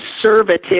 conservative